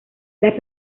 las